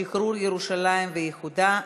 שחרור ירושלים ואיחודה,